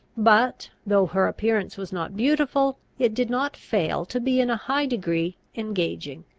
but, though her appearance was not beautiful, it did not fail to be in a high degree engaging.